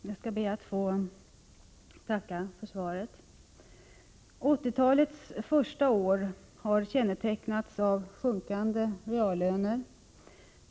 Herr talman! Jag skall be att få tacka för svaret. 1980-talets första år har kännetecknats av sjunkande reallöner.